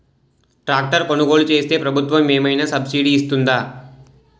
Tractor కొనుగోలు చేస్తే ప్రభుత్వం ఏమైనా సబ్సిడీ ఇస్తుందా?